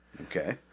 Okay